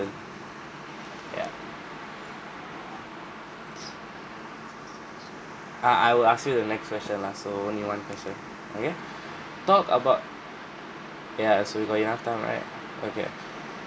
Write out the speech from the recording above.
ya s~ uh I will ask you the next question lah so only one question okay talk about ya still we got enough time right okay